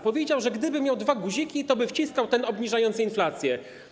Powiedział, że gdyby miał dwa guziki, toby wciskał ten obniżający inflację.